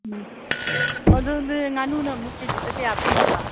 ꯎꯝ ꯑꯗꯨꯗꯤ ꯉꯥꯅꯨꯅ ꯑꯃꯨꯛ ꯀꯦ ꯖꯤꯗ ꯀꯌꯥ ꯄꯤꯔꯤꯕ